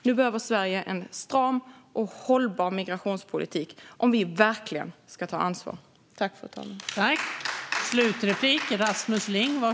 Nu behöver Sverige en stram och hållbar migrationspolitik om vi verkligen ska ta ansvar.